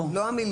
לא המלגות,